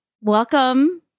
welcome